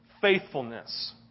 Faithfulness